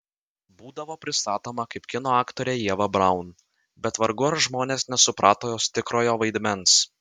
būdavo pristatoma kaip kino aktorė ieva braun bet vargu ar žmonės nesuprato jos tikrojo vaidmens